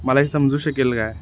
मला हे समजू शकेल काय